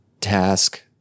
task